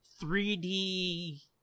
3D